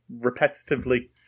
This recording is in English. repetitively